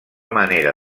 manera